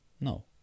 No